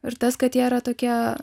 ir tas kad jie yra tokie